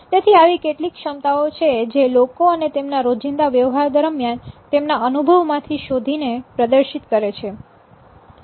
તેથી આવી કેટલીક ક્ષમતાઓ છે જે લોકો તેમના રોજિંદા વ્યવહાર દરમિયાન તેમના અનુભવ માંથી શોધીને પ્રદર્શિત કરે છે